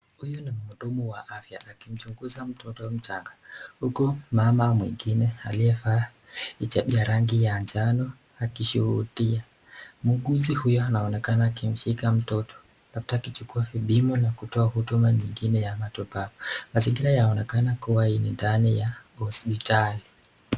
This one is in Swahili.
Huyu ni mhudumu wa afya akimchunguza mtoto mchanga huku mama mwingine aliyevaa hijab ya rangi ya njano akishuhudia. Muuguzi huyu anaonekana akimshika mtoto labda kuchukua kipimo au kutoa huduma nyingine ya matibabu. Mazingira yanaonekana kuwa ni ndani ya hospitali.